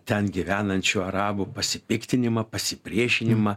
ten gyvenančių arabų pasipiktinimą pasipriešinimą